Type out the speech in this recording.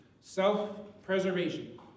self-preservation